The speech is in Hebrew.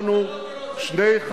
כי באופן ברור,